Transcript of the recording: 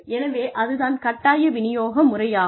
எனவே அது தான் கட்டாய விநியோகம் முறை ஆகும்